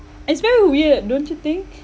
it's very weird don't you think